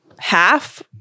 half